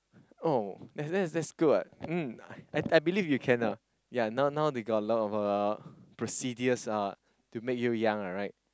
oh and that's that's good [what] mm I believe you can lah ya now now now they got lot of procedures uh to make you young right